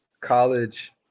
college